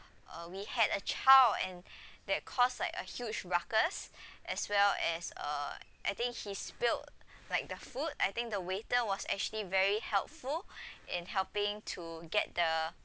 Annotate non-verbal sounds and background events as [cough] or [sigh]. uh we had a child and [breath] that caused like a huge ruckus [breath] as well as uh I think he spilled like the food I think the waiter was actually very helpful [breath] in helping to get the